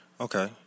Okay